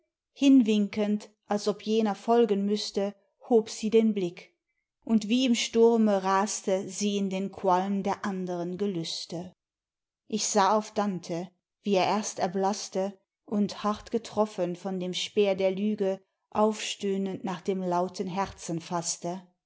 hinwinkend als ob jener folgen müßte hob sie den blick und wie im sturme raste sie in den qualm der anderen gelüste ich sah auf dante wie er erst erblaßte und hart getroffen von dem speer der lüge aufstöhnend nach dem lauten herzen faßte